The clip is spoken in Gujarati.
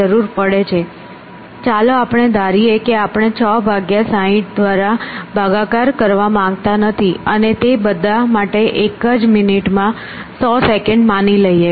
ચાલો આપણે ધારીએ કે આપણે 6 ભાગ્યા 60 દ્વારા ભાગાકાર કરવા માંગતા નથી અને તે બધા માટે એક મિનિટમાં 100 સેકંડ માની લઈએ